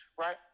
right